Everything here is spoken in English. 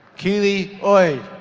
keely oye.